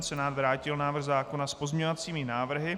Senát vrátil návrh zákona s pozměňovacími návrhy.